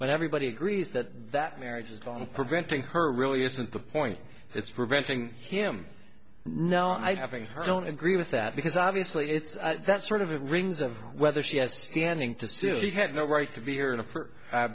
when everybody agrees that that marriage is on preventing her really isn't the point it's preventing him no i think her i don't agree with that because obviously it's that sort of rings of whether she has standing to sue he had no right to